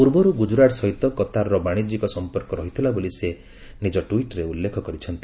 ପୂର୍ବରୁ ଗୁଜୁରାଟ ସହିତ କତାରର ବାଣିଜ୍ୟିକ ସମ୍ପର୍କ ରହିଥିଲା ବୋଲି ସେ ନିଜ ଟ୍ୱିଟ୍ରେ ଉଲ୍ଲେଖ କରିଛନ୍ତି